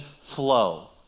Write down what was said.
flow